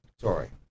Sorry